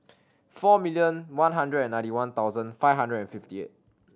four million one hundred and ninety one thousand five hundred and fifty eight